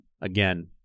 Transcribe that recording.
again